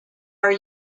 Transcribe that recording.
are